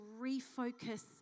refocus